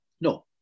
No